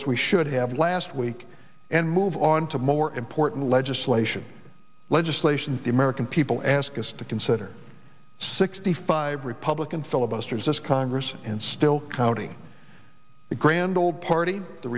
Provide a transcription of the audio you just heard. as we should have last week and move on to more important legislation legislation the american people ask us to consider sixty five republican filibusters us congress and still counting the grand old party the